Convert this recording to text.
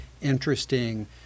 interesting